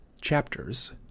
chapters